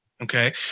Okay